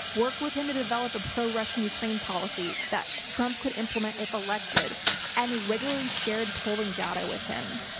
worked with him to develop a pro russian ukraine policy that trump could implement if elected and regularly shared polling data with him.